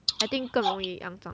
I think 更容易肮脏